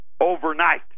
overnight